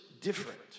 different